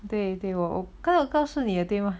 they they will kind of 告诉你的对吗